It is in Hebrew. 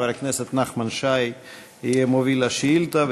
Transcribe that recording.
חבר הכנסת נחמן שי יהיה מוביל השאילתה,